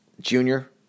junior